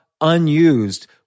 unused